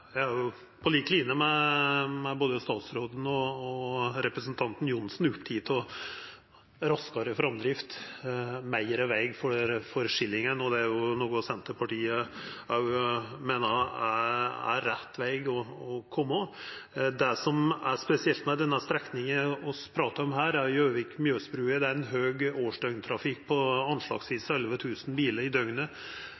på lik line med både statsråden og representanten Johnsen er eg oppteken av raskare framdrift og meir veg for skillingen, og det er noko Senterpartiet òg meiner er rett veg å gå. Det som er spesielt med den strekninga vi pratar om her, er Mjøsbrua, der det er ein høg årsdøgntrafikk, på anslagsvis